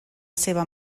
seva